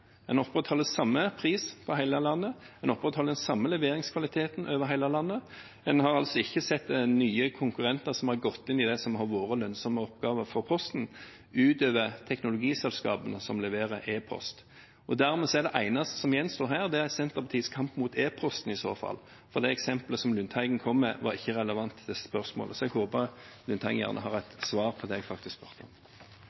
En opprettholder samme pris for hele landet, en opprettholder den samme leveringskvaliteten over hele landet. En har altså ikke sett nye konkurrenter som har gått inn i det som har vært lønnsomme oppgaver for Posten, ut over teknologiselskapene som leverer e-post. Det eneste som gjenstår her, er i så fall Senterpartiets kamp mot e-posten, for det eksempelet som Lundteigen kom med, var ikke relevant for spørsmålet. Så jeg håper at Lundteigen har et